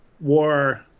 war